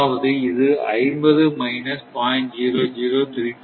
அதாவது இது 50 மைனஸ் 0